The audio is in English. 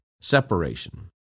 separation